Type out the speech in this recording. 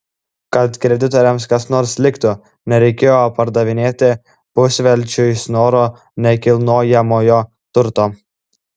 kad kreditoriams kas nors liktų nereikėjo pardavinėti pusvelčiui snoro nekilnojamojo turto